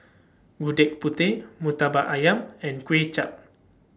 Gudeg Putih Murtabak Ayam and Kuay Chap